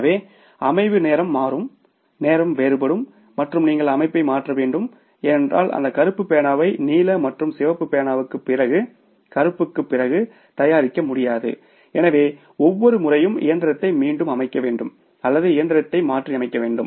எனவே அமைவு நேரம் மாறும் நேரம் வேறுபடும் மற்றும் நீங்கள் அமைப்பை மாற்ற வேண்டும் ஏனென்றால் அந்த கருப்பு பேனாவை நீல மற்றும் சிவப்பு பேனாவுக்குப் பிறகு கருப்புக்குப் பிறகு தயாரிக்க முடியாது எனவே ஒவ்வொரு முறையும் இயந்திரத்தை மீண்டும் அமைக்க வேண்டும் அல்லது இயந்திரத்தை மாற்றி அமைக்க வேண்டும்